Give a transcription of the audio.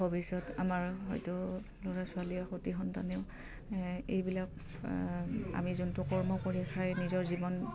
ভৱিষ্যত আমাৰ হয়তো ল'ৰা ছোৱালীয়ে সতি সন্তানেও এইবিলাক আমি যোনটো কৰ্ম কৰি খাই নিজৰ জীৱন